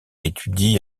étudie